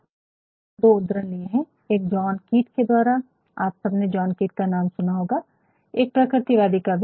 मैंने यहाँ दो उध्दरण लिए है एक जॉन कीट के द्वारा आप सबने जॉन कीट का नाम सुना होगा एक प्रकृतिवादी कवि